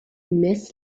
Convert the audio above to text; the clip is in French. mess